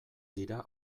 dira